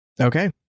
Okay